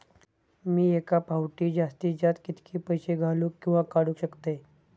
मी एका फाउटी जास्तीत जास्त कितके पैसे घालूक किवा काडूक शकतय?